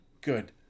good